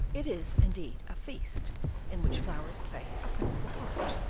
it is, indeed, a feast in which flowers play a principal part.